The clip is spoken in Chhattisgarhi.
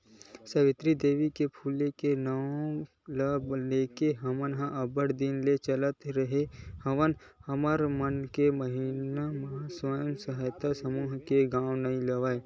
सावित्री देवी फूले के नांव ल लेके हमन अब्बड़ दिन ले चलात रेहे हवन हमर मन के महिना स्व सहायता समूह के नांव ला